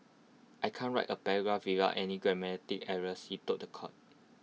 I can't write A paragraph without any grammatic errors he told The Court